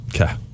Okay